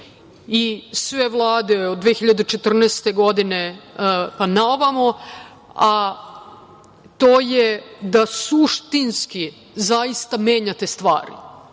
i sve vlade od 2014. godine, pa na ovamo, a to je da suštinski menjate stvari.